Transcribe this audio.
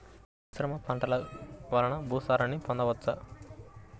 మిశ్రమ పంటలు వలన భూసారాన్ని పొందవచ్చా?